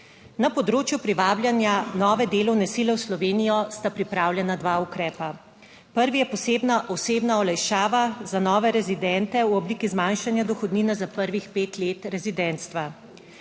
Na področju privabljanja nove delovne sile v Slovenijo sta pripravljena dva ukrepa, prvi je posebna osebna olajšava za nove rezidente v obliki zmanjšanja dohodnine za prvih pet let rezidentstva,